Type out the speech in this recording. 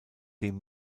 dem